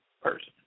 person